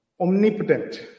Omnipotent